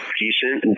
decent